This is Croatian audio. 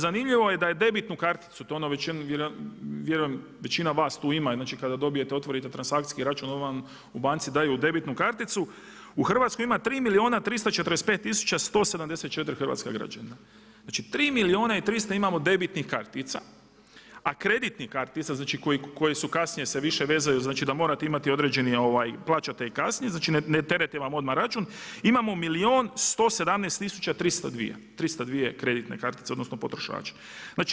Zanimljivo je da je debitnu karticu vjerujem većina vas tu ima, znači kada dobijete i otvorite transakcijski račun oni vam u banci daju debitnu karticu, u Hrvatskoj ima 3 milijuna 345 tisuća 174 hrvatska građanina, znači 3 milijuna i 300 imamo debitnih kartica, a kreditnih kartica koje su kasnije se više vezaju znači da morate imati određeni plaćate ih kasnije znače ne terete vam odmah račun imamo milijun 117 tisuća 302 kreditne kartice odnosno potrošače.